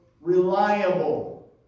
reliable